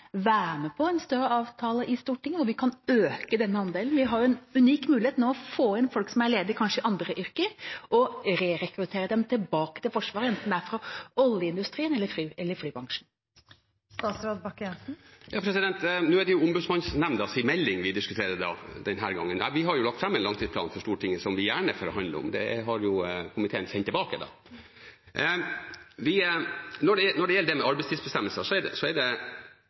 være med på en større avtale i Stortinget hvor vi kan øke dette antallet? Vi har jo en unik mulighet nå til å få inn folk som er ledige, kanskje fra andre yrker, og rekruttere dem tilbake til Forsvaret, enten det er fra oljeindustrien eller flybransjen. Nå er det Ombudsmannsnemndas melding vi diskuterer. Vi har lagt fram en langtidsplan for Stortinget, som vi gjerne forhandler om. Men den har komiteen sendt tilbake. Når det gjelder arbeidstidsbestemmelser, peker nemnda på brudd for vernepliktige. Det er alvorlig, og det er en sak som Forsvaret har fått beskjed om å ta tak i. Også nemnda har registrert at Forsvaret tar grep når det